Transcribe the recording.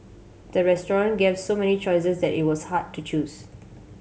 the restaurant gave so many choices that it was hard to choose